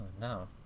no